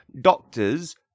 doctors